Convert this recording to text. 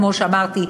כמו שאמרתי,